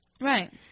Right